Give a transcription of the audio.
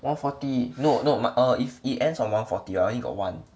one forty no no m~ err if it ends on one forty I only got one